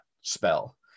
spell